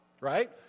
right